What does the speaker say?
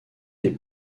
les